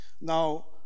Now